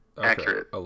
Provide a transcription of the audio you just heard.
accurate